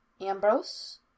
Ambrose